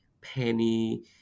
Penny